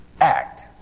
act